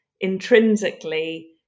intrinsically